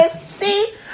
see